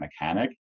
mechanic